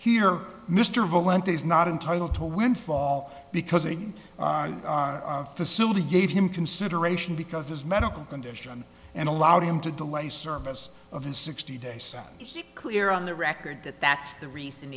here mr valenti's not entitle to a windfall because a facility gave him consideration because his medical condition and allowed him to delay service of his sixty days set clear on the record that that's the reason